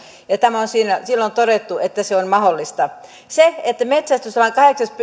ja ja on silloin todettu että se on mahdollista metsästyslain